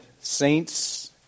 saints